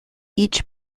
each